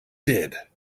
did